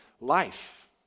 life